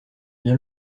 bien